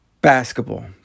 basketball